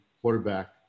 quarterback